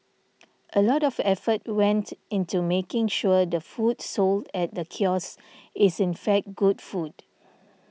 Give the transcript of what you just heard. a lot of effort went into making sure the food sold at the kiosk is in fact good food